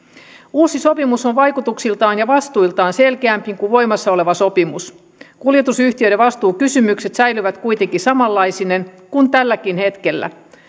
uusi sopimus on vaikutuksiltaan ja vastuiltaan selkeämpi kuin voimassa oleva sopimus kuljetusyhtiöiden vastuukysymykset säilyvät kuitenkin samanlaisina kuin tälläkin hetkellä